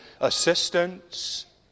assistance